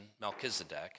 Melchizedek